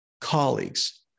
colleagues